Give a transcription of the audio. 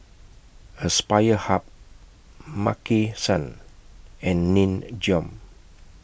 Aspire Hub Maki San and Nin Jiom